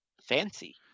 fancy